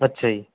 ਅੱਛਾ ਜੀ